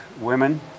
women